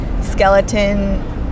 skeleton